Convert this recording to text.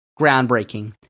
Groundbreaking